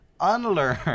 unlearn